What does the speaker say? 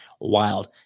wild